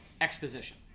exposition